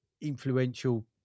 influential